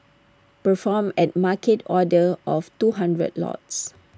perform A market order of two hundred lots